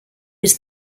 was